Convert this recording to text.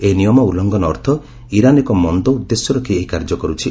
ଏହି ନିୟମ ଉଲ୍ଲ୍ଘନ ଅର୍ଥ ଇରାନ୍ ଏକ ମନ୍ଦ ଉଦ୍ଦେଶ୍ୟ ରଖି ଏହି କାର୍ଯ୍ୟ କରୁଛି